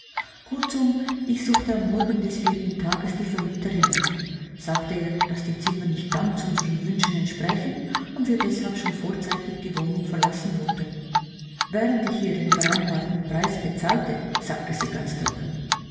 kurzum ich suchte am morgen des vierten tages die vermieterin auf sagte ihr daß die zimmer nicht ganz unseren wünschen entsprächen und wir deshalb schon vorzeitig die wohnung verlassen wollten während ich ihr den vereinbarten preis bezahlte sagte sie ganz trocken